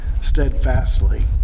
steadfastly